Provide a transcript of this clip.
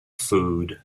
food